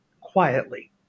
quietly